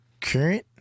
Current